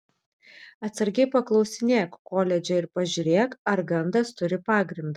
atsargiai paklausinėk koledže ir pažiūrėk ar gandas turi pagrindą